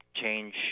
change